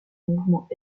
mouvement